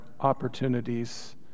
opportunities